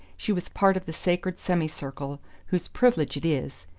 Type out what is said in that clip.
she was part of the sacred semicircle whose privilege it is,